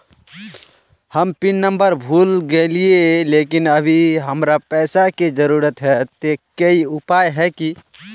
हम pin number भूल गेलिये लेकिन अभी हमरा पैसा के जरुरत है ते कोई उपाय है की?